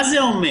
מה זה אומר?